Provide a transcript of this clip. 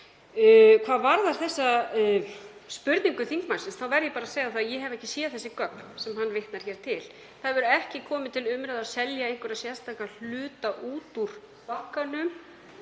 Hvað varðar þessa spurningu þingmannsins þá verð ég bara að segja að ég hef ekki séð þau gögn sem hann vitnar hér til. Það hefur ekki komið til umræðu að selja einhverja sérstaka hluta út úr bankanum.